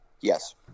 Yes